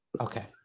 Okay